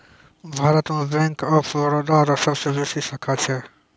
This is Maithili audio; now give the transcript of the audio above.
भारत मे बैंक ऑफ बरोदा रो सबसे बेसी शाखा छै